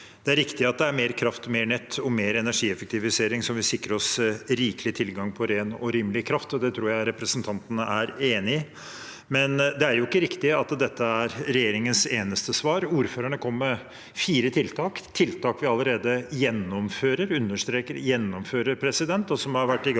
Det er riktig at det er mer kraft, mer nett og mer energieffektivisering som vil sikre oss rikelig tilgang på ren og rimelig kraft, og det tror jeg representanten er enig i. Men det er jo ikke riktig at dette er regjeringens eneste svar. Ordførerne kom med fire tiltak, tiltak vi allerede gjennomfører – jeg understreker gjennomfører – og som har vært igangsatt